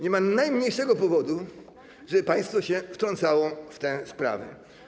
Nie ma najmniejszego powodu, żeby państwo się wtrącało w tę sprawę.